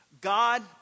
God